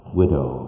widow